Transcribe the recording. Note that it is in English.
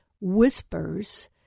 whispers